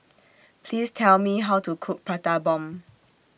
Please Tell Me How to Cook Prata Bomb